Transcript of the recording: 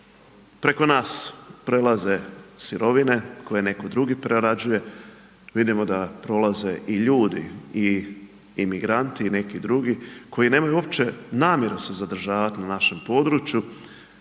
Preko nas prelaze sirovine koje netko drugi prerađuje, vidimo da prolaze i ljudi i migranti i neki drugi koji nemaju uopće namjere se zadržavati na našem području.